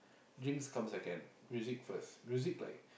drinks come second music first music like